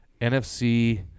NFC